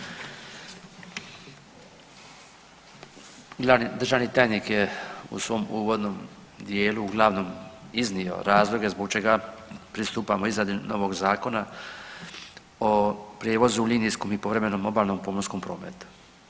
Glavni državni tajnik je u svom uvodnom dijelu uglavnom iznio razloge zbog čega pristupamo izradi novog Zakona o prijevozu u linijskom i povremenom obalnom pomorskom prometu.